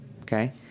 okay